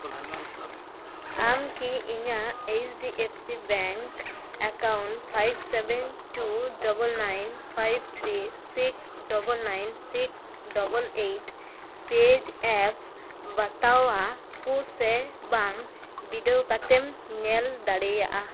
ᱟᱢ ᱠᱤ ᱤᱧᱟᱹᱜ H D F C bank account five seven two double nine five three six double nine six double eight page app ᱵᱟᱛᱟᱣᱟ ᱠᱚ ᱥᱮ ᱵᱟᱝ ᱵᱤᱰᱟᱹᱣ ᱠᱟᱛᱮᱢ ᱧᱮᱞ ᱫᱟᱲᱮᱭᱟᱜᱼᱟ